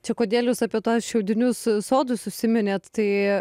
čia kodėl jūs apie tuos šiaudinius sodus užsiminėt tai